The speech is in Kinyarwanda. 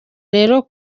rero